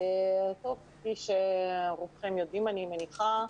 כפי שרובכם יודעים, אני מניחה,